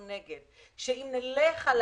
שאם נלך על